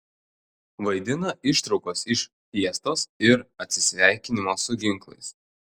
vaidina ištraukas iš fiestos ir atsisveikinimo su ginklais